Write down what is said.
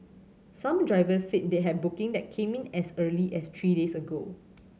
some drivers said they had booking that came in as early as three days ago